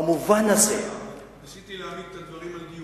במובן הזה, ניסיתי להעמיד את הדברים על דיוקם.